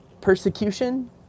Persecution